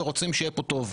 ורוצים שיהיה פה טוב.